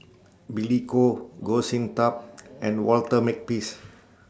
Billy Koh Goh Sin Tub and Walter Makepeace